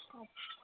okay